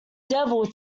devil